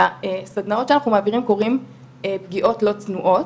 לסדנאות שאנחנו מעבירים קוראים "פגיעות לא צנועות",